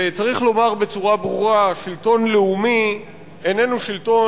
צריך לומר בצורה ברורה ששלטון לאומי איננו שלטון